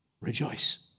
rejoice